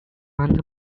under